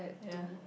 ya